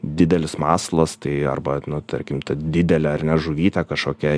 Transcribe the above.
didelis masalas tai arba nu tarkim didelę ar ne žuvytę kažkokią